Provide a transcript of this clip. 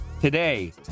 today